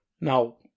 Now